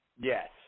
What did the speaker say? yes